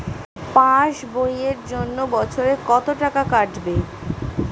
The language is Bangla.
পাস বইয়ের জন্য বছরে কত টাকা কাটবে?